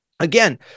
Again